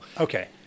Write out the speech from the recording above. okay